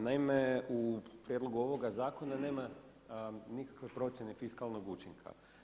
Naime, u prijedlogu ovoga zakona nema nikakve procjene fiskalnog učinka.